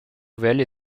nouvelle